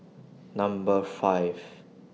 Number five